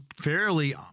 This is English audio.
fairly